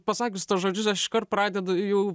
pasakius tuos žodžius aš iškart pradedu jau